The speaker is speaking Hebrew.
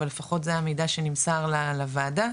אבל לפחות זה המידע שנמסר לוועדה,